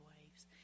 waves